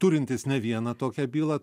turintis ne vieną tokią bylą